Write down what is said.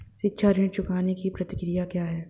शिक्षा ऋण चुकाने की प्रक्रिया क्या है?